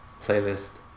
playlist